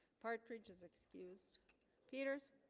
partridge is excused peters